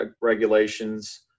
regulations